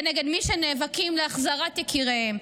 כנגד מי שנאבקים להחזרת יקיריהם,